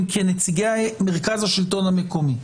כנציגי מרכז השלטון המקומי.